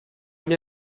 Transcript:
mia